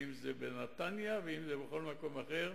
אם זה בנתניה או בכל מקום אחר,